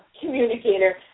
communicator